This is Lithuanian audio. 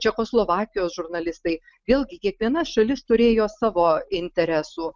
čekoslovakijos žurnalistai vėlgi kiekviena šalis turėjo savo interesų